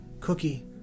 Cookie